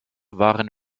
waren